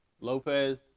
lopez